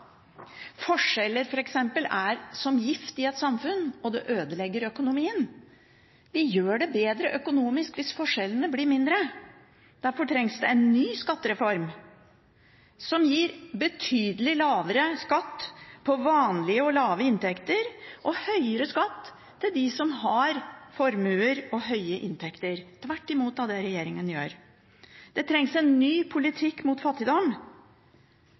Forskjeller er som gift i et samfunn, og det ødelegger økonomien. Vi gjør det bedre økonomisk hvis forskjellene blir mindre. Derfor trengs det en ny skattereform som gir betydelig lavere skatt på vanlige og lave inntekter og høyere skatt til dem som har formuer og høye inntekter – tvert imot det regjeringen gjør. Det trengs en ny politikk mot fattigdom.